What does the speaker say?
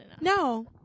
No